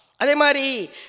Ademari